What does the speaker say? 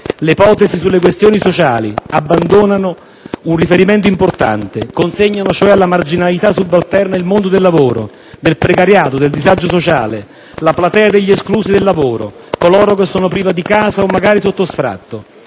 Le ipotesi sulle questioni sociali abbandonano un riferimento importante, consegnano cioè alla marginalità subalterna il mondo del lavoro, del precariato, del disagio sociale, la platea degli esclusi dal lavoro, coloro che sono privi di casa o magari sotto sfratto.